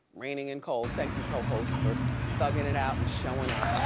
raining and cold. thank you co-host for thugging it out and showing up.